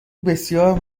بسیار